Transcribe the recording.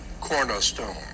cornerstone